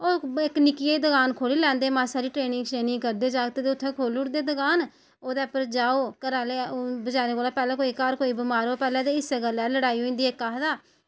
ओह् इक्क निक्की हारी दकान खोहल्ली लैंदे मासा हारी ट्रेनिंग करदे जागत ते खोहल्ली ओड़दे दकान ते भई ओह्दे पर जाओ घरा आह्ले बजारै कोला पैह्लें घर कोई पैह्लें इस गल्ला ल़ड़ाई होई जंदी इक्क आखदा